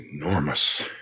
enormous